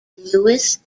lewis